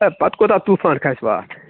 ہے پَتہٕ کوٗتاہ طوٗفان کھسوٕ اَتھ